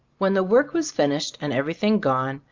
when the work was finished and everything gone,